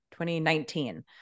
2019